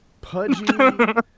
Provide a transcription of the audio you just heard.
Pudgy